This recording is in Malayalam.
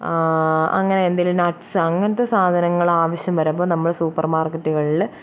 അങ്ങനെ എന്തെങ്കിലും നട്സ് അങ്ങനത്തെ സാധനങ്ങൾ ആവശ്യം വരുമ്പോൾ നമ്മൾ സൂപ്പർമാർക്കറ്റുകളിൽ